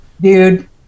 Dude